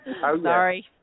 Sorry